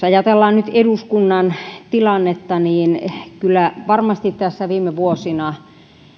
ajatellaan nyt eduskunnan tilannetta niin kyllä varmasti tässä viime vuosina